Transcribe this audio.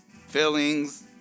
Feelings